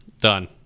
done